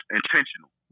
intentional